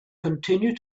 continue